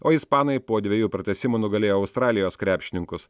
o ispanai po dviejų pratęsimų nugalėjo australijos krepšininkus